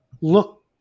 look